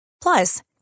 Plus